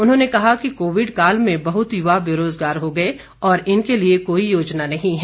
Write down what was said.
उन्होंने कहा कि कोविड काल में बहुत युवा बेरोजगार हो गए और इनके लिए कोई योजना नहीं है